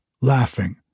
laughing